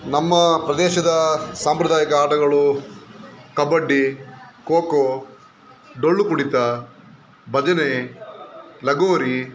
ನಮ್ಮ ಪ್ರದೇಶದ ಸಾಂಪ್ರದಾಯಿಕ ಆಟಗಳು ಕಬಡ್ಡಿ ಖೋ ಖೋ ಡೊಳ್ಳು ಕುಣಿತ ಭಜನೆ ಲಗೋರಿ